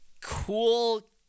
cool